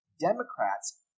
Democrats